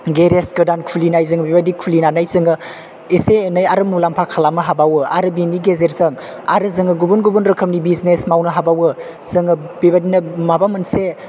garage गोदान खुलिनाय जों बेबायदि खुलिनानै जों एसे एनै आरो मुलाम्फा खालामनो हाबावो आरो बेनि गेजेरजों आरो जों गुबुन गुबुन रोखोमनि बिजिनेस मावनो हाबावो जों बेबादिनो माबा मोनसे